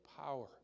power